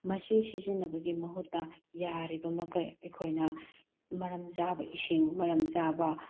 ꯃꯁꯤ ꯁꯤꯖꯤꯟꯅꯕꯒꯤ ꯃꯍꯨꯠꯇ ꯌꯥꯔꯤꯕ ꯃꯈꯩ ꯑꯩꯈꯣꯏꯅ ꯃꯔꯝ ꯆꯥꯕ ꯏꯁꯤꯡ ꯃꯔꯝ ꯆꯥꯕ